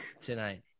tonight